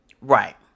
Right